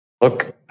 Look